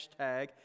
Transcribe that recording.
hashtag